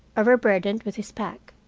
overburdened with his pack.